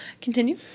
Continue